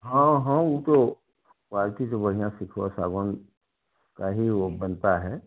हँ हँ उ तो तो बढ़िया शिकवा सागवान का ही ओ बनता है